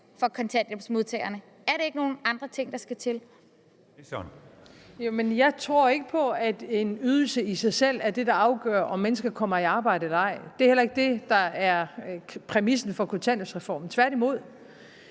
Beskæftigelsesministeren (Mette Frederiksen): Jo, men jeg tror ikke på, at en ydelse i sig selv er det, der afgør, om mennesker kommer i arbejde eller ej. Det er heller ikke det, der er præmissen for kontanthjælpsreformen. Tværtimod